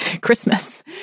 Christmas